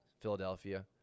Philadelphia